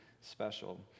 special